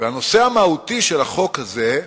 והנושא המהותי של החוק הזה,